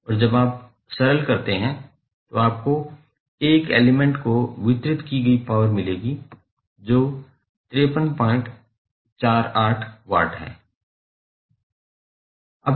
और जब आप सरल करते हैं तो आपको एक एलिमेंट को वितरित की गई पॉवर मिलेगी जो 5348 वाट है